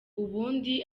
ubundi